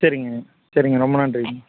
சரிங்க சரிங்க ரொம்ப நன்றிங்க